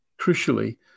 crucially